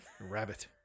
Rabbit